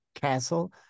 Castle